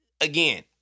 again